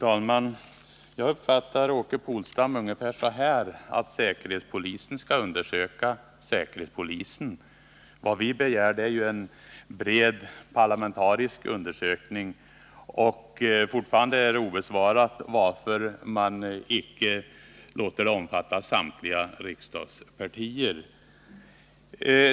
Fru talman! Jag uppfattar Åke Polstam ungefär som så, att säkerhetspolisen skall undersöka säkerhetspolisen. Vad vi begär är en bred parlamentarisk undersökning. Och fortfarande är frågan obesvarad varför man inte låter samtliga riksdagspartier vara med.